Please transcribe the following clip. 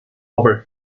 over